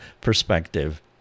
perspective